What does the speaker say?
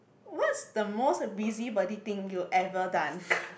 what's the most busybody thing you ever done